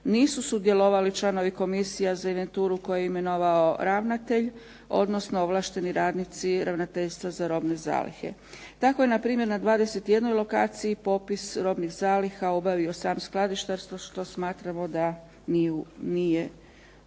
nisu sudjelovali članovi komisija za inventuru koje je imenovao ravnatelj, odnosno ovlašteni radnici Ravnateljstva za robne zalihe. Tako je npr. na 21 lokaciji popis robnih zaliha obavio sam skladištar što smatramo da nije u redu.